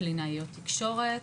קלינאיות תקשורת,